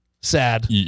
sad